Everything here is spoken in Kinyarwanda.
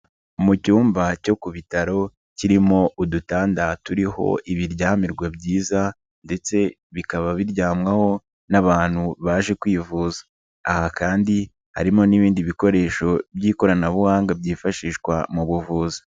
Mu cyumba cyo ku bitaro, kirimo udutanda turiho ibiryamirwa byiza ndetse bikaba biryamwaho n'abantu baje kwivuza, aha kandi harimo n'ibindi bikoresho by'ikoranabuhanga byifashishwa mu buvuzi.